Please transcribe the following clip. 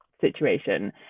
situation